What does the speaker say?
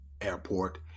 Airport